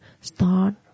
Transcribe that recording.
start